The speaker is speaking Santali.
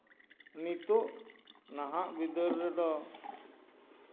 ᱱᱤᱛᱚᱜ ᱱᱟᱦᱟᱜ ᱵᱤᱫᱟᱹᱞ ᱨᱮᱫᱚ